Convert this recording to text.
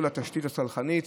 כל התשתית הסלחנית,